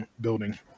building